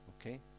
Okay